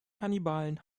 kannibalen